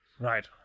Right